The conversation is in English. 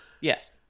yes